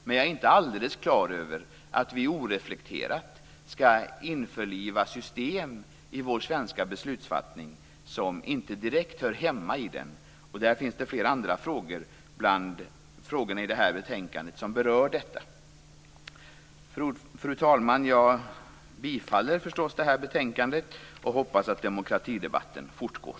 Men jag är inte alldeles klar över att vi oreflekterat skall införliva system i vår svenska beslutsfattning som inte direkt hör hemma i denna. Det finns fler frågor i betänkandet som berör detta. Fru talman! Jag yrkar bifall till hemställan i betänkandet och hoppas att demokratidebatten fortgår.